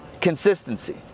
consistency